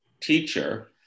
teacher